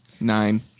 nine